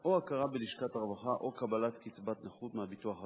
או הכרה בלשכת הרווחה או קבלת קצבת נכות מהביטוח הלאומי.